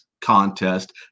contest